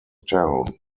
town